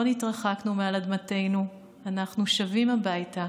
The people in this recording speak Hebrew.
לא נתרחקנו מעל אדמתנו, אנחנו שבים הביתה.